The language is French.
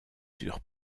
sur